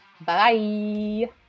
Bye